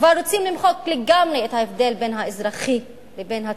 כבר רוצים למחוק לגמרי את ההבדל בין האזרחי לבין הצבאי.